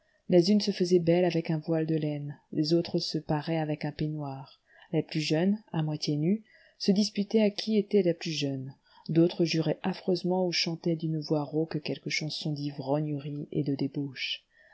les unes se faisaient belles avec un voile de laine les autres se paraient avec un peignoir les plus jeunes à moitié nues se disputaient à qui était la plus jeune d'autres juraient affreusement ou chantaient d'une voix rauque quelque chanson d'ivrognerie et de débauche